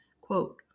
Quote